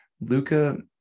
luca